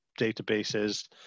databases